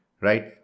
right